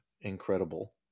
Incredible